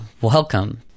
welcome